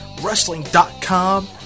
wrestling.com